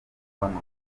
rwanda